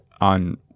on